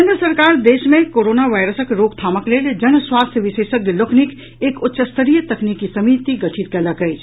केंद्र सरकार देश मे कोरोना वायरसक रोकथामक लेल जन स्वास्थ्य विशेषज्ञ लोकनिक एक उच्च स्तरीय तकनीकी समिति गठित कयलक अछि